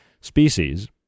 species